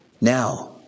Now